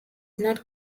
not